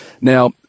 Now